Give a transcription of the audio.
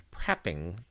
prepping